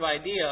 idea